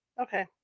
Okay